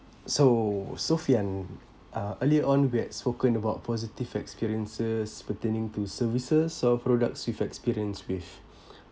so sophian uh earlier on we had spoken about positive experiences pertaining to services or products we've experienced with